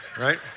right